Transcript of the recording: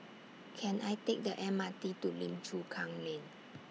Can I Take The M R T to Lim Chu Kang Lane